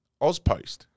OzPost